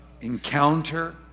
encounter